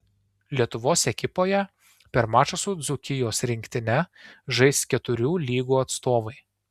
lietuvos ekipoje per mačą su dzūkijos rinktine žais keturių lygų atstovai